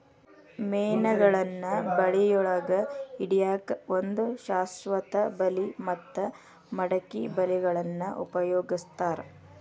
ಮೇನಗಳನ್ನ ಬಳಿಯೊಳಗ ಹಿಡ್ಯಾಕ್ ಒಂದು ಶಾಶ್ವತ ಬಲಿ ಮತ್ತ ಮಡಕಿ ಬಲಿಗಳನ್ನ ಉಪಯೋಗಸ್ತಾರ